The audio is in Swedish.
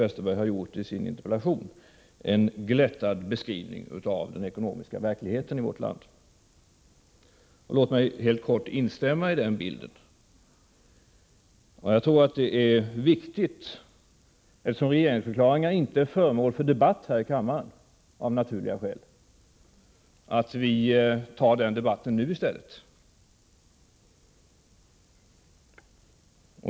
Den innehöll därtill, enligt Bengt Westerberg, en glättad beskrivning av den ekonomiska verkligheten i vårt land — och jag tycker att det är en riktig beskrivning som Bengt Westerberg har gjort i sin interpellation. Eftersom regeringsförklaringar av naturliga skäl inte är föremål för debatt här i kammaren när de lämnas tycker jag att det är viktigt att vi tar upp den debatten nu ii stället.